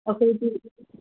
ꯑꯩꯈꯣꯏꯗꯤ